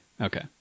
okay